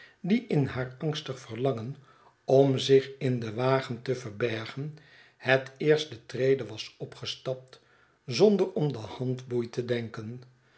die in haar angstig verlangen om zich in den wagen te verbergen het eerst de trede was opgestapt zonder om de handboei te denken